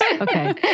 Okay